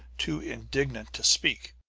too indignant to speak.